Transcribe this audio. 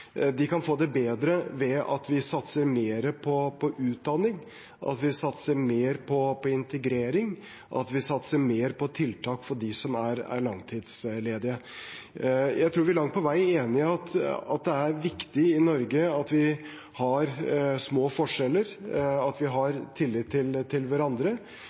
De kan få det bedre ved at vi satser mer på utdanning, ved at vi satser mer på integrering, ved at vi satser mer på tiltak for dem som er langtidsledige. Jeg tror vi langt på vei er enige om at det er viktig at vi i Norge har små forskjeller, at vi har tillit til hverandre,